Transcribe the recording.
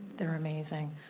they're amazing.